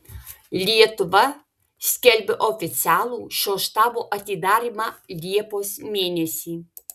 lietuva skelbia oficialų šio štabo atidarymą liepos mėnesį